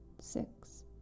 six